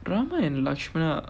ram and lakshmana are